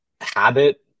habit